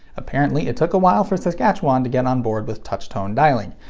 apparently it took a while for saskatchewan to get onboard with touch-tone dialing.